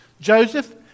Joseph